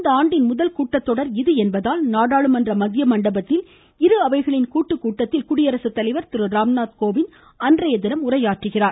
இந்த ஆண்டின் முதல் கூட்டத்தொடர் இது என்பதால் நாடாளுமன்ற மத்திய மண்டபத்தில் இரு அவைகளிள் கூட்டுக் கூட்டத்தில் குடியரசு தலைவர் திருராம்நாத் கோவிந்த் அன்றைய தினம் உரையாற்றுகிறார்